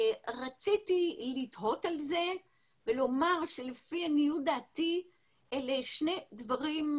רציתי לתהות על זה ולומר שלפי עניות דעתי אלה שני דברים,